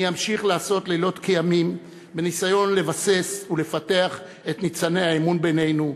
אני אמשיך לעשות לילות כימים בניסיון לבסס ולפתח את ניצני האמון בינינו,